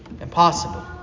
impossible